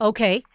Okay